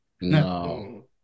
No